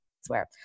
swear